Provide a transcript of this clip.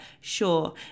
Sure